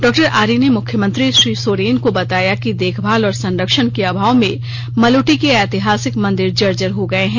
डॉ आर्य ने मुख्यमंत्री श्री सोरेन को बताया कि देखभाल और संरक्षण के अभाव में मलूटी के ऐतिहासिक मंदिर जर्जर हो गये हैं